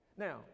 Now